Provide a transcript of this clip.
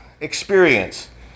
experience